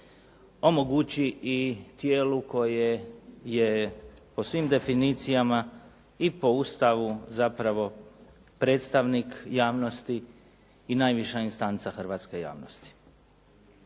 omogući i tijelu koje je po svim definicijama i po Ustavu zapravo predstavnik javnosti i najviša instanca hrvatske javnosti.